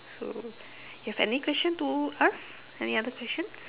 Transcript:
so you have any question to ask any other questions